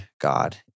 God